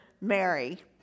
Mary